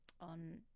on